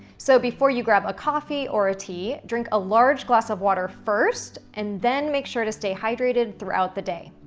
so before you grab a coffee or a tea, drink a large glass of water first, and then make sure to stay hydrated throughout the day.